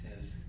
says